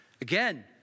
again